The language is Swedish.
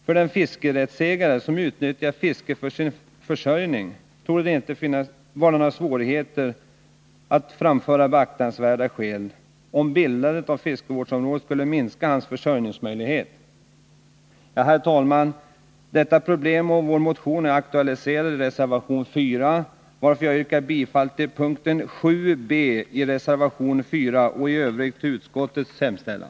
För den fiskerättsägare som utnyttjar fisket för sin försörjning torde inga svårigheter föreligga att framföra beaktansvärda skäl, om bildandet av fiskevårdsområden skulle minska hans försörjningsmöjligheter. Herr talman! Detta problem och vår motion har aktualiserats i reservation nr 4. Jag yrkar bifall till denna reservation, såvitt avser mom. 7 b, och i övrigt bifall till utskottets hemställan.